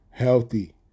healthy